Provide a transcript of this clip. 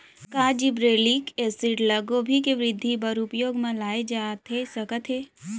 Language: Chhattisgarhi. का जिब्रेल्लिक एसिड ल गोभी के वृद्धि बर उपयोग म लाये जाथे सकत हे?